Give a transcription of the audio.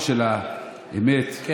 גורו לכם.